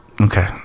okay